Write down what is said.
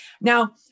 now